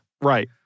Right